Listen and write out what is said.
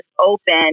open